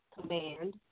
command